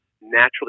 naturally